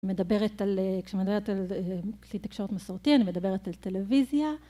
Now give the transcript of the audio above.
מדברת על, כשמדברת על כלי תקשורת מסורתי, אני מדברת על טלוויזיה.